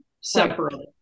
separately